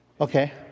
Okay